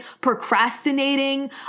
procrastinating